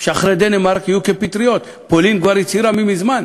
שאחרי דנמרק יהיו כפטריות, פולין כבר הצהירה מזמן,